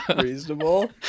reasonable